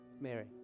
Mary